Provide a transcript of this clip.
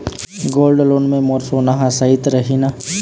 Gold loan मे मोर सोना हा सइत रही न?